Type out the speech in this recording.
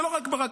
זה לא רק ברק.